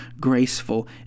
graceful